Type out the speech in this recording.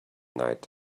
night